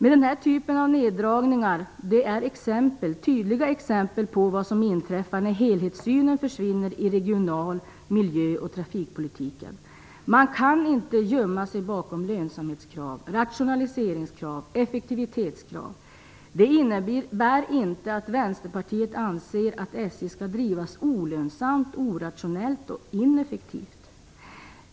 Den här typen av nedläggningar är tydliga exempel på vad som inträffar när helhetssynen försvinner i regional-, miljö och trafikpolitiken. Man kan inte gömma sig bakom lönsamhetskrav, rationaliseringskrav och effektivitetskrav. Det innebär inte att Vänsterpartiet tycker att SJ skall drivas olönsamt, orationellt och ineffektivt.